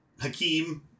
hakeem